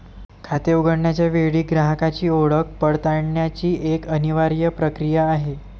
खाते उघडण्याच्या वेळी ग्राहकाची ओळख पडताळण्याची एक अनिवार्य प्रक्रिया आहे